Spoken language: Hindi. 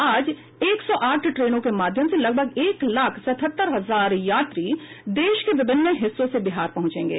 आज एक सौ आठ ट्रेनों के माध्यम से लगभग एक लाख सत्तर हजार यात्री देश के विभिन्न हिस्सों से बिहार पहुंचेंगे